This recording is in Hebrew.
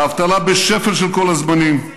האבטלה בשפל של כל הזמנים,